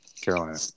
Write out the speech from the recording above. Carolina